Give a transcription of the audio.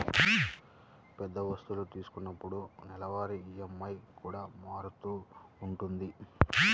పెద్ద వస్తువు తీసుకున్నప్పుడు నెలవారీ ఈఎంఐ కూడా మారుతూ ఉంటది